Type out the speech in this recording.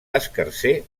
escarser